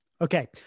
Okay